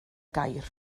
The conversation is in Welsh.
gair